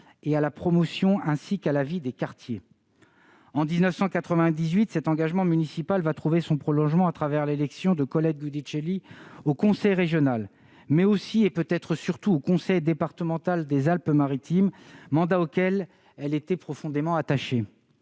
et à la promotion, ainsi qu'à la vie des quartiers. En 1998, cet engagement municipal va trouver son prolongement avec l'élection de Colette Giudicelli au conseil régional, mais aussi, et peut-être surtout, au conseil départemental des Alpes-Maritimes, mandat auquel elle était profondément attachée.